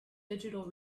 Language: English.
digital